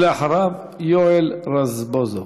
ואחריו, יואל רזבוזוב.